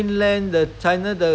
okay just leave them